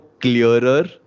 clearer